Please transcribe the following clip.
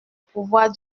pouvoir